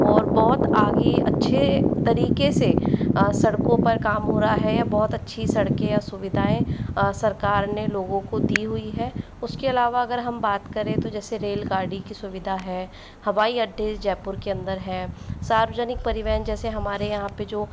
और बहुत आगे अच्छे तरीके से और सड़कों पर काम हो रहा है या बहुत अच्छी सड़कें या सुविधाएं सरकार ने लोगों को दी हुई हैं उसके अलावा अगर हम बात करें तो जैसे रेलगाड़ी की सुविधा है हवाई अड्डे जयपुर के अंदर है सार्वजनिक परिवहन जैसे हमारे यहाँ पर जो